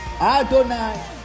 Adonai